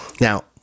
Now